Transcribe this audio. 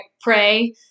pray